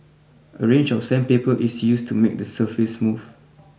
a range of sandpaper is used to make the surface smooth